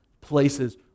places